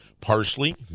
parsley